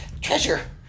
treasure